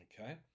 Okay